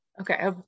okay